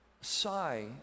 Sigh